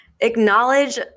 Acknowledge